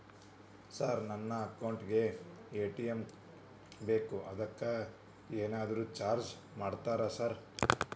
Sir ನನ್ನ account ಗೇ ATM ಬೇಕು ಅದಕ್ಕ ಏನಾದ್ರು ಚಾರ್ಜ್ ಮಾಡ್ತೇರಾ ಸರ್?